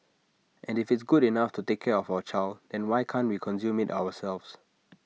and if it's good enough to take care of our child and why can't we consume IT ourselves